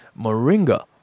Moringa